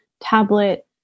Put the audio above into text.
tablet